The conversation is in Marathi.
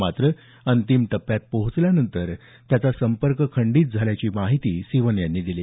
मात्र अंतिम टप्प्यात पोहाचल्यानंतर त्याचा संपर्क तुटल्याची माहिती सिवन यांनी दिली